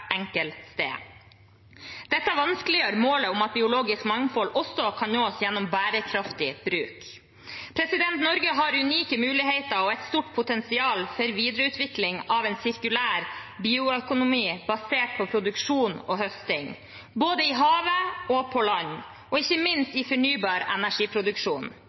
enkelt sted. Dette vanskeliggjør målet om at biologisk mangfold også kan nås gjennom bærekraftig bruk. Norge har unike muligheter og et stort potensial for videreutvikling av en sirkulær bioøkonomi basert på produksjon og høsting – både i havet og på land og ikke minst i fornybar energiproduksjon.